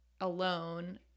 alone